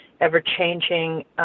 ever-changing